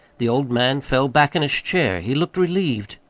the old man fell back in his chair. he looked relieved,